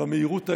במהירות האפשרית.